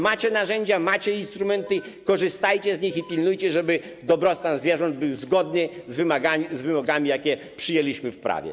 Macie narzędzia, macie instrumenty, korzystajcie z nich i pilnujcie, żeby dobrostan zwierząt był zgodny z wymogami, jakie przyjęliśmy w prawie.